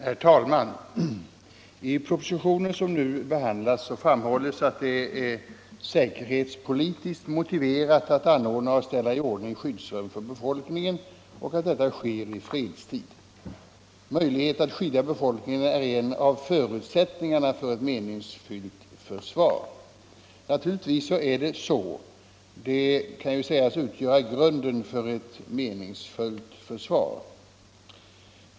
Herr talman! I den proposition som vi nu behandlar framhålls att det är säkerhetspolitiskt motiverat att anordna och ställa i ordning skyddsrum för befolkningen, och att detta sker i fredstid. Möjlighet att skydda befolkningen är en av förutsättningarna för ett meningsfullt försvar, heter det vidare. Naturligtvis är det så, det kan ju sägas utgöra grunden för ett meningsfullt försvar.